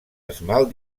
esmalt